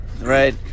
right